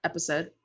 Episode